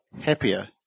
happier